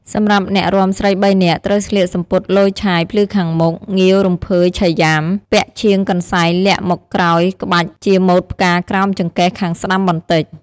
សម្រាប់អ្នករាំស្រី៣នាក់ ត្រូវស្លៀកសំពត់លយឆាយភ្លឺខាងមុខ ងាវរំភើយឆៃយ៉ាំ ពាក់ឈៀងកន្សែងៃំលាក់មកក្រោមកាច់ជាម៉ូតផ្កាក្រោមចង្កេះខាងស្ដាំបន្តិច។